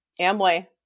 Amway